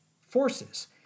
forces